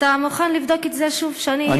אתה מוכן לבדוק את זה שוב, שאני, ?